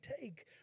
take